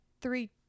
three